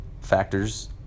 factors